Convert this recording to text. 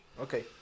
Okay